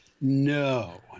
No